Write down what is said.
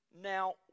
Now